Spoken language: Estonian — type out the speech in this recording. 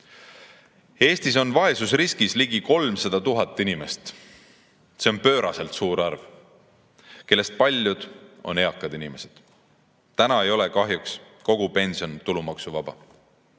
on vaesusriskis ligi 300 000 inimest – see on pööraselt suur arv –, kellest paljud on eakad inimesed. Täna ei ole kahjuks kogu pension tulumaksuvaba.